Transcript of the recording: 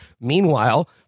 meanwhile